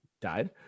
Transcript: died